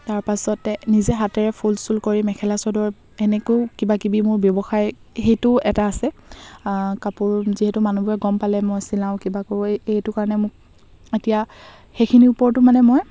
তাৰপাছতে নিজে হাতেৰে ফুল চুল কৰি মেখেলা চাদৰ এনেকেও কিবাকিবি মোৰ ব্যৱসায় সেইটো এটা আছে কাপোৰ যিহেতু মানুহবোৰে গম পালে মই চিলাওঁ কিবা কৰো এইটো কাৰণে মোক এতিয়া সেইখিনিৰ ওপৰতো মানে মই